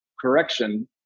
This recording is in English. correction